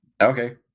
Okay